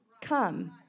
come